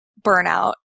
burnout